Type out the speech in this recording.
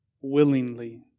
willingly